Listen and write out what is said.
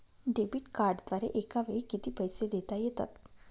Debit कार्डद्वारे एकावेळी किती पैसे देता येतात?